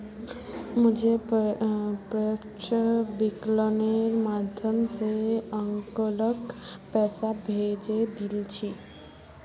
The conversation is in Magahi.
मुई प्रत्यक्ष विकलनेर माध्यम स अंकलक पैसा भेजे दिल छि